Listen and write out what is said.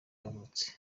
yavutse